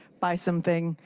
buy something.